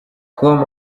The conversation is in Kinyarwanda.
com